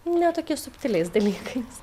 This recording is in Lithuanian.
ne tokiais subtiliais dalykais